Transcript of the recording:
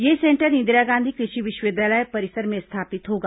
यह सेंटर इंदिरा गांधी कृषि विश्वविद्यालय परिसर में स्थापित होगा